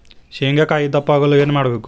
ಶೇಂಗಾಕಾಯಿ ದಪ್ಪ ಆಗಲು ಏನು ಮಾಡಬೇಕು?